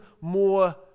more